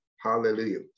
Hallelujah